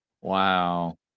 wow